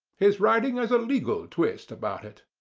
his writing has a legal twist about it.